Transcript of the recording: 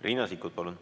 Riina Sikkut, palun!